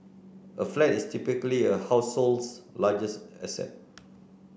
a flat is typically a household's largest asset